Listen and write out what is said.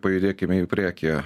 pajudėkime į priekį